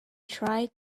tried